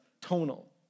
tonal